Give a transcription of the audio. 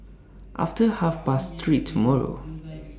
after Half Past three tomorrow